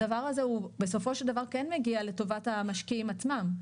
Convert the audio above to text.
הדבר הזה הוא בסופו של דבר כן מגיע לטובת המשקיעים עצמם,